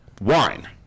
wine